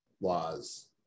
laws